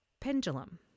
pendulum